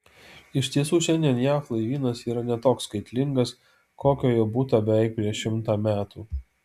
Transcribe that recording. iš tiesų šiandien jav laivynas yra ne toks skaitlingas kokio jo būta beveik prieš šimtą metų